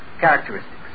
characteristics